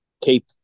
Keep